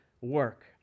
work